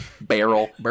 barrel